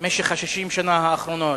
במשך 60 השנה האחרונות?